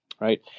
right